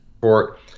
report